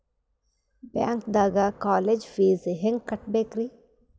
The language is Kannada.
ಬ್ಯಾಂಕ್ದಾಗ ಕಾಲೇಜ್ ಫೀಸ್ ಹೆಂಗ್ ಕಟ್ಟ್ಬೇಕ್ರಿ?